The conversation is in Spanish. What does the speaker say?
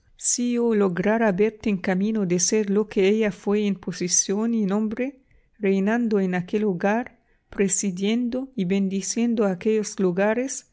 si yo lograra verte en camino de ser lo que ella fué en posición y nombre reinando en aquel hogar presidiendo y bendiciendo aquellos lugares